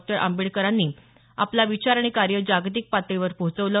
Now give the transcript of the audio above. बाबासाहेब आंबेडकर यांनी आपला विचार आणि कार्य जागतिक पातळीवर पोहचवलं